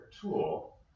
tool